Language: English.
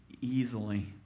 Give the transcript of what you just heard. easily